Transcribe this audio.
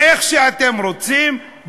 איך שאתם רוצים,